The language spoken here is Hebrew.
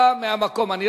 בוודאי.